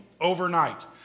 overnight